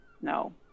No